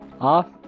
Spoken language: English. off